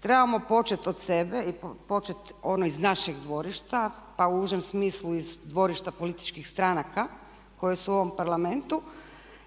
trebamo početi od sebe i početi ono iz našeg dvorišta pa u užem smislu iz dvorišta političkih stranaka koje su u ovom parlamentu